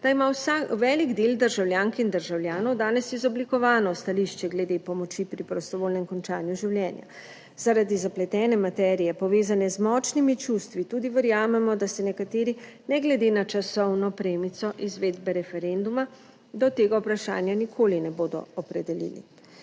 da ima vsa…, velik del državljank in državljanov danes izoblikovano stališče glede pomoči pri prostovoljnem končanju življenja. Zaradi zapletene materije, povezane z močnimi čustvi tudi verjamemo, da se nekateri ne glede na časovno premico izvedbe referenduma, do tega vprašanja nikoli ne bodo opredelili.